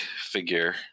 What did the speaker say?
figure